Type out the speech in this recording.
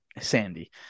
Sandy